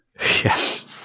Yes